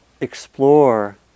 explore